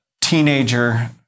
teenager